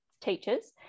teachers